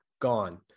gone